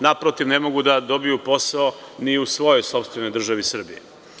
Naprotiv, ne mogu da dobiju posao ni u svojoj sopstvenoj državi Srbiji.